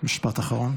משפט אחרון.